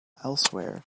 elsewhere